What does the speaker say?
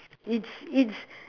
it's it's